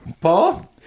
Paul